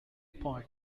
point